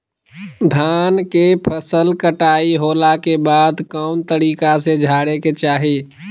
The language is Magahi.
धान के फसल कटाई होला के बाद कौन तरीका से झारे के चाहि?